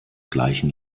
gleichen